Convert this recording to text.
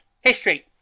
history